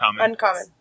Uncommon